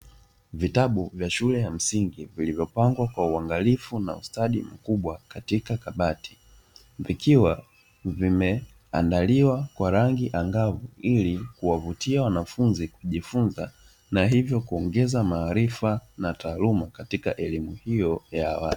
Vitabu vya shule ya msingi vilivyopangwa kwa uangalifu na ustadi mkubwa katika kabati, vikiwa vimeandaliwa kwa rangi angavu ili kuwavutia wanafunzi kujifunza, na hivyo kuongeza maarifa na taaluma katika elimu hiyo ya awali.